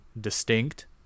distinct